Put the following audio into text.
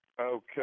Okay